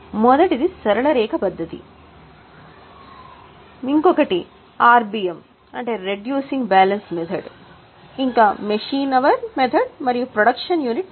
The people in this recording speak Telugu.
మొదటిది సరళరేఖ పద్ధతి మీరు చూడగలిగేది RBM